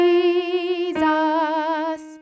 Jesus